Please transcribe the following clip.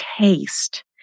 taste